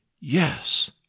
Yes